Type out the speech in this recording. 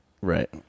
Right